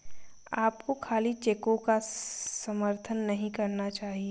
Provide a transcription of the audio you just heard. आपको खाली चेकों का समर्थन नहीं करना चाहिए